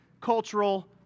cultural